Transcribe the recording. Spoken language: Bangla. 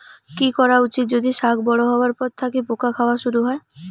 কি করা উচিৎ যদি শাক বড়ো হবার পর থাকি পোকা খাওয়া শুরু হয়?